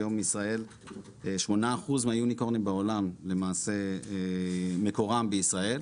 היום שמונה אחוז מיוניקורנים בעולם למעשה מקורם בישראל.